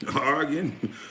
arguing